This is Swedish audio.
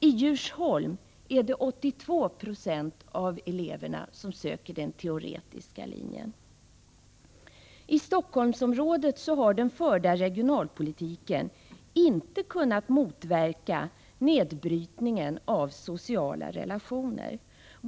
I Djursholm är det 82 96 av eleverna som söker till teoretisk linje. I Stockholmsområdet har den förda regionalpolitiken inte kunnat motverka nedbrytningen av sociala relationer.